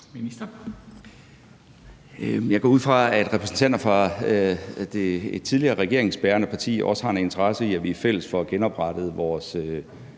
Bødskov): Jeg går ud fra, at repræsentanter fra det tidligere regeringsbærende parti også har en interesse i, at vi i fællesskab får genoprettet vores